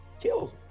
Kills